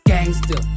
Gangster